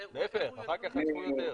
להיפך, אחר כך חטפו יותר.